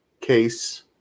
case